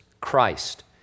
Christ